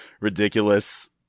ridiculous